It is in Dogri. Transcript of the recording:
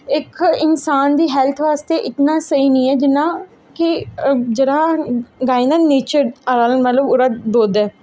इक इंसान दी हैल्थ बास्ते इतना स्हेई निं ऐ जिन्ना कि जेह्ड़ा गायें दा नेचरल मतलब ओह्दा दुद्ध ऐ